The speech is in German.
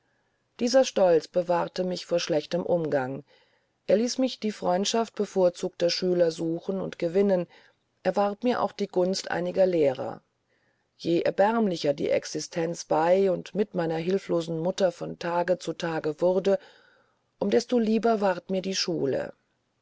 dieser stolz bewahrte mich vor schlechtem umgang er ließ mich die freundschaft bevorzugter schüler suchen und gewinnen erwarb mir auch die gunst einiger lehrer je erbärmlicher die existenz bei und mit meiner hilflosen mutter von tage zu tage wurde um desto lieber ward mir die schule